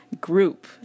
group